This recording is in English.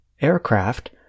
aircraft